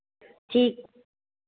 ठीक